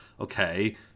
okay